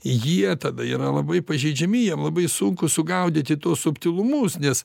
jie tada yra labai pažeidžiami jiem labai sunku sugaudyti tuos subtilumus nes